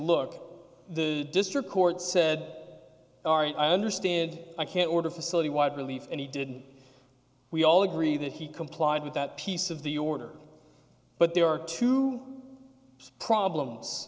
look the district court said aren't i understand i can't order facility wide relief and he did we all agree that he complied with that piece of the order but there are two problems